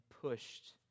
pushed